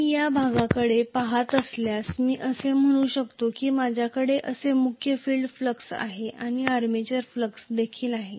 मी या भागाकडे पहात असल्यास मी असे म्हणू शकतो की माझ्याकडे असे मुख्य फील्ड फ्लक्स आहे आणि आर्मेचर फ्लक्स देखील यासारखे आहे